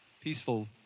peaceful